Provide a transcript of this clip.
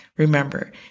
Remember